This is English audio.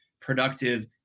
productive